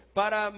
para